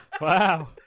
Wow